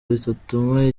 bitatuma